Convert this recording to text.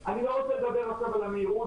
אני לא רוצה לדבר עכשיו על המהירות,